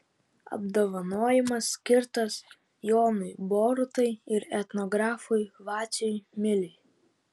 apdovanojimas skirtas jonui borutai ir etnografui vaciui miliui